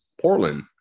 Portland